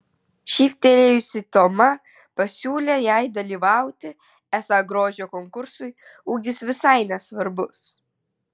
šyptelėjusi toma pasiūlė jai dalyvauti esą grožio konkursui ūgis visai nesvarbus